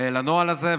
לנוהל הזה.